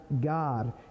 God